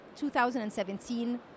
2017